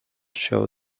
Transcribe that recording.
show